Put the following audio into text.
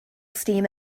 steam